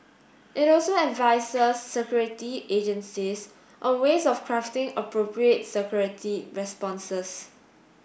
it also advises security agencies on ways of crafting appropriate security responses